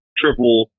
triple